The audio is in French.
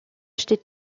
acheter